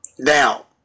Now